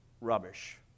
rubbish